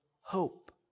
hope